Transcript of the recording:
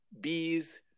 bees